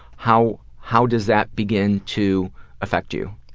how how does that begin to affect you?